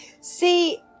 See